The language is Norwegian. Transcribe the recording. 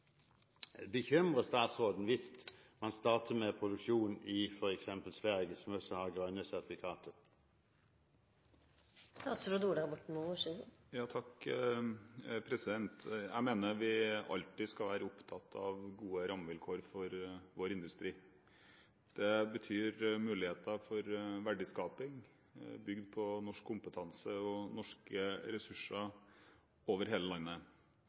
bekymrer statsråden – hvis man starter med produksjon i f.eks. Sverige, som også har grønne sertifikater? Jeg mener vi alltid skal være opptatt av gode rammevilkår for vår industri. Det betyr muligheter for verdiskaping bygd på norsk kompetanse og norske ressurser over hele landet.